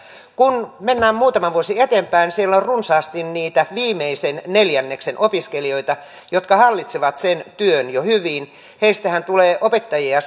kun mennään muutama vuosi eteenpäin siellä on runsaasti niitä viimeisen neljänneksen opiskelijoita jotka hallitsevat sen työn jo hyvin heistähän tulee opettajia